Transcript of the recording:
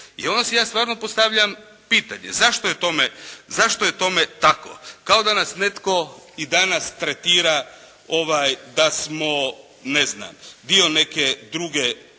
I onda si ja stvarno postavljam pitanje zašto je tome tako? Kao da nas netko i danas tretira da smo ne znam dio neke druge